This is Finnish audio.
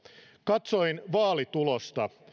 katsoin vaalitulosta